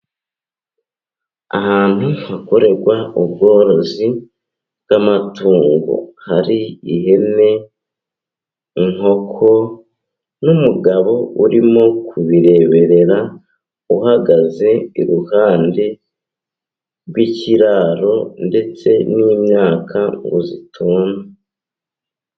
Ahantu hakorerwa ubworozi bw'amatungo hari ihene, inkoko, n'umugabo urimo kubireberera uhagaze iruhande rw'ikiraro, ndetse n'imyaka ngo zitona.